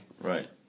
Right